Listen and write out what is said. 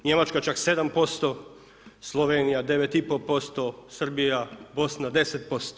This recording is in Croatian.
Njemačka čak 7%, Slovenija 9,5%, Srbija, Bosna 10%